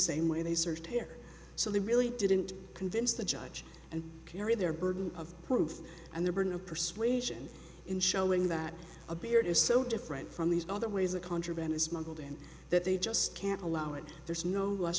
same way they searched here so they really didn't convince the judge and carry their burden of proof and the burden of persuasion in showing that a beard is so different from these other ways a contraband is modeled in that they just can't allow it there's no less